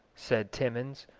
said timmans,